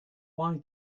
why